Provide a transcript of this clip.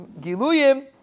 Giluyim